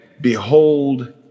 behold